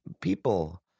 people